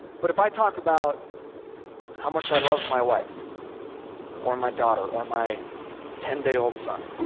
but if i talk about how much i love my wife or my daughter or my ten day old son,